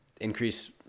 increase